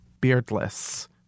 Beardless